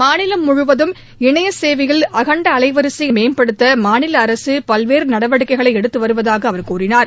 மாநிலம் முழுவதும் இணைய சேவையில் அகண்ட அலைவரிசை இணைப்புத்திறனை மேம்படுத்த மாநில அரசு பல்வேறு நடவடிக்கைகளை எடுத்து வருவதாக அவர் கூறினார்